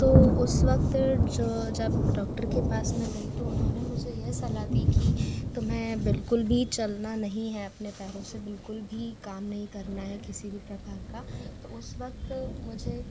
तो उस वक्त जो जब डॉक्टर के पास मैं गई तो उन्होंने मुझे यह सलाह दी कि तुम्हें बिल्कुल भी चलना नहीं है अपने पैरों से बिल्कुल भी काम नही करना है किसी भी प्रकार का तो उस वक्त मुझे